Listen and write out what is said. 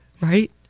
right